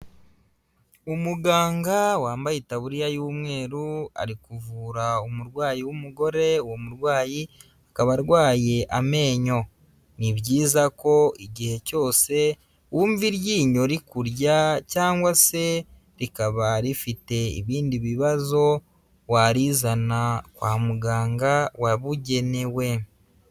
Umuganga wambaye itaburiya y'umweru ari kuvura umurwayi w'umugore, uwo murwayi akaba arwaye amenyo. Ni byiza ko igihe cyose wumva iryinyo rikurya cyangwa se rikaba rifite ibindi bibazo, warizana kwa muganga wabugenewe.